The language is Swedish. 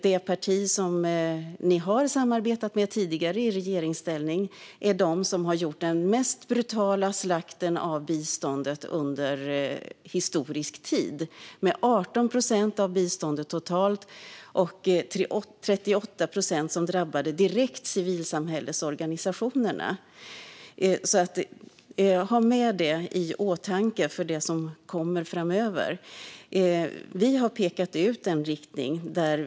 Det parti ni har samarbetat med tidigare i regeringsställning gjorde den historiskt mest brutala slakten av biståndet, med 18 procent av biståndet totalt och 38 procent som direkt drabbade civilsamhällesorganisationerna. Ha detta i åtanke framöver. Vi har pekat ut en riktning.